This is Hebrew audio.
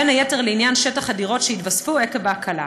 בין היתר לעניין שטח הדירות שיתווספו עקב ההקלה.